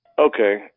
Okay